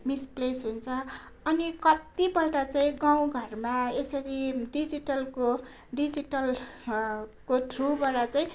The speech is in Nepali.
मिसप्लेस हुन्छ अनि कतिपल्ट चाहिँ गाउँघरमा यसरी डिजिटलको डिजिटल को थ्रुबाट चाहिँ